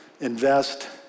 invest